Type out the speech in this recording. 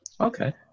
Okay